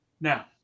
Now